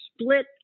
split